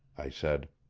i said.